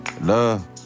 Love